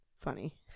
funny